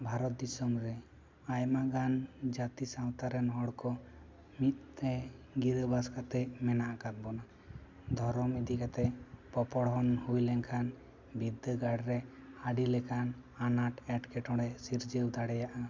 ᱵᱷᱟᱨᱚᱛ ᱫᱤᱥᱚᱢ ᱨᱮ ᱟᱭᱢᱟᱜᱟᱱ ᱡᱟᱹᱛᱤ ᱥᱟᱶᱛᱟ ᱨᱮᱱ ᱦᱚᱲ ᱠᱚ ᱢᱤᱫ ᱛᱮ ᱜᱤᱨᱟᱹᱵᱟᱥ ᱠᱟᱛᱮ ᱢᱮᱱᱟᱜ ᱟᱠᱟᱫ ᱵᱚᱱᱟ ᱫᱷᱚᱨᱚᱢ ᱤᱫᱤ ᱠᱟᱛᱮ ᱯᱚᱯᱚᱲᱦᱚᱱ ᱦᱩᱭ ᱞᱮᱱ ᱠᱷᱟᱱ ᱵᱤᱨᱫᱟᱹᱜᱟᱲ ᱨᱮ ᱟᱹᱰᱤ ᱞᱮᱠᱟᱱ ᱟᱱᱟᱸᱴ ᱮᱸᱴᱠᱮᱴᱚᱬᱮ ᱥᱤᱨᱡᱟᱹᱣ ᱫᱟᱲᱮᱭᱟᱜᱼᱟ